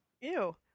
Ew